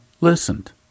listened